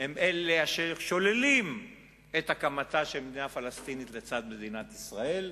הם אלה אשר שוללים את הקמתה של מדינה פלסטינית לצד מדינת ישראל,